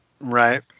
Right